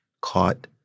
caught